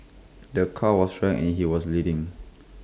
the car was wrecked and he was bleeding